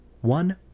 One